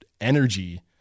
energy